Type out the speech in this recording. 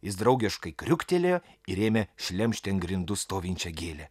jis draugiškai kriuktelėjo ir ėmė šlemšti ant grindų stovinčią gėlę